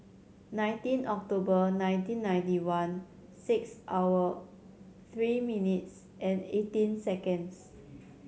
nineteen October nineteen ninety one six hour three minutes and eighteen seconds